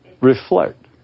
Reflect